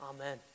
Amen